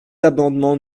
amendement